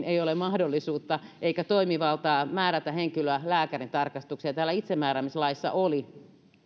ei ole tällä hetkellä mahdollisuutta eikä toimivaltaa määrätä henkilöä lääkärintarkastukseen ja täällä itsemääräämislaissa olisi